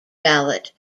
ballot